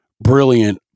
brilliant